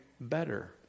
better